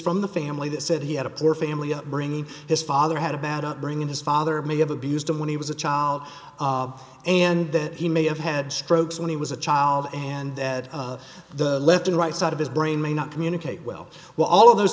from the family that said he had a poor family upbringing his father had a bad upbringing his father may have abused him when he was a child and that he may have had strokes when he was a child and that the left and right side of his brain may not communicate well with all of those